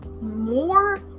more